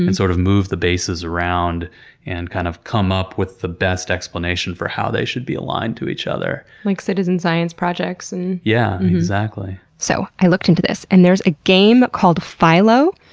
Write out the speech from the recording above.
and sort of, move the bases around and, kind of, come up with the best explanation for how they should be aligned to each other. like citizen science projects. and yeah, exactly. so, i looked into this, and there's a game called phylo.